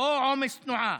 או עומס תנועה.